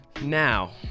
Now